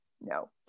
no